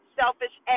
selfish